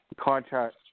contract